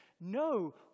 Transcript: No